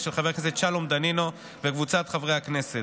הראשונה ותעבור לדיון בוועדת החינוך,